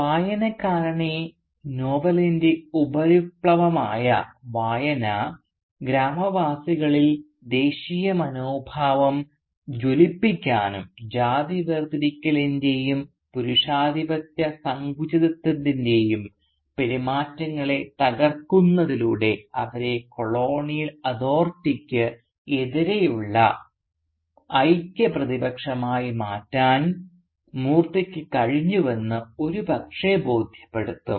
വായനക്കാരനെ നോവലിൻറെ ഉപരിപ്ലവമായ വായന ഗ്രാമവാസികളിൽ ദേശീയത മനോഭാവം ജ്വലിപ്പിക്കാനും ജാതി വേർതിരിക്കലിൻറെയും പുരുഷാധിപത്യസങ്കുചിതത്വത്തിൻറെയും പെരുമാറ്റങ്ങളെ തകർക്കുന്നതിലൂടെ അവരെ കൊളോണിയൽ അതോറിറ്റിയ്ക്ക് എതിരെയുള്ള ഐക്യപ്രതിപക്ഷമാക്കി മാറ്റാൻ മൂർത്തിക്ക് കഴിഞ്ഞുവെന്ന് ഒരുപക്ഷേ ബോധ്യപ്പെടുത്തും